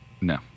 No